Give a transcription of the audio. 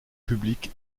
publique